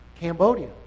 Cambodia